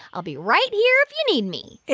i'll be right here if you need me.